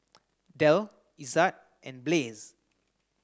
Del Ezzard and Blaze